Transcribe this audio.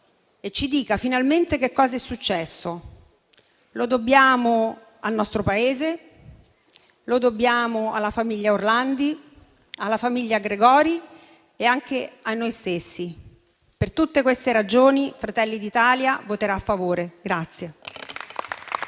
e ci dica finalmente che cosa è successo. Lo dobbiamo al nostro Paese, alla famiglia Orlandi, alla famiglia Gregori e anche a noi stessi. Per tutte queste ragioni, Fratelli d'Italia voterà a favore.